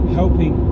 helping